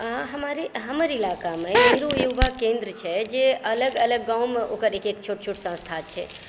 आँ हमर हमर इलाक़ामऽ नेहरू युवा केंद्र छै जे अलग अलग गाँवमे ओकर एक एक छोट छोट संस्था छै